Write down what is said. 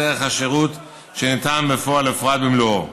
ערך השירות שניתן בפועל לפרט במלואו.